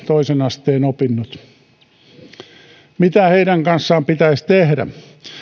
toisen asteen opintoihin tai keskeyttävät ne mitä heidän kanssaan pitäisi tehdä